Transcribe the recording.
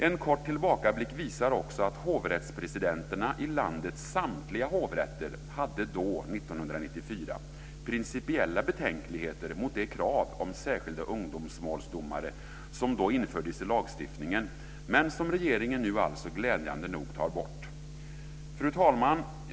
En kort tillbakablick visar också att hovrättspresidenterna i landets samtliga hovrätter då, 1994, hade principiella betänkligheter mot det krav om särskilda ungdomsmålsdomare som infördes i lagstiftningen, men som regeringen nu alltså glädjande nog tar bort. Fru talman!